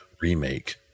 remake